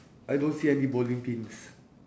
I don't see any bowling pins